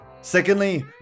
Secondly